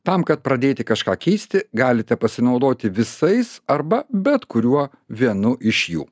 tam kad pradėti kažką keisti galite pasinaudoti visais arba bet kuriuo vienu iš jų